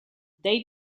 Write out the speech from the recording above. they